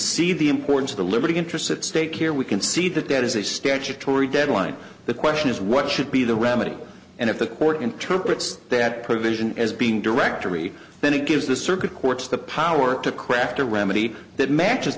see the importance of the liberty interest at stake here we can see that there is a statutory deadline the question is what should be the remedy and if the court interprets that provision as being directory then it gives the circuit courts the power to craft a remedy that matches